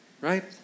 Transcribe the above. Right